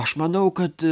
aš manau kad